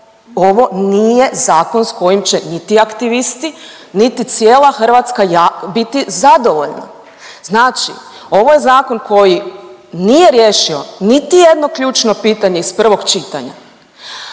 ovo nije zakon s kojim će niti aktivisti, niti cijela Hrvatska biti zadovoljna, znači ovo je zakon koji nije riješio niti jedno ključno pitanje iz prvog čitanja,